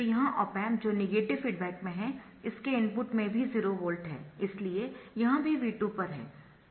तो यह op amp जो नेगेटिव फीडबैक में है इसके इनपुट में भी 0 वोल्ट है इसलिए यह भी V2 पर है